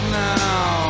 now